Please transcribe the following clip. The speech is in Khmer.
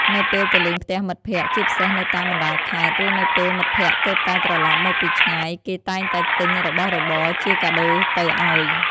នៅពេលទៅលេងផ្ទះមិត្តភក្តិ ជាពិសេសនៅតាមបណ្ដាខេត្ត ឬនៅពេលមិត្តភក្តិទើបតែត្រឡប់មកពីឆ្ងាយ គេតែងតែទិញរបស់របរជាកាដូទៅឲ្យ។